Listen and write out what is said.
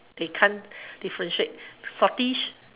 them you can't differentiate saltish